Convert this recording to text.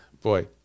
boy